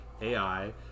AI